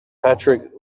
patrick